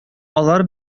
алар